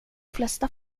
flesta